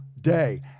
day